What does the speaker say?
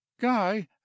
Guy